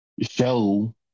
show